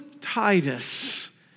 Titus